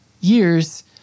years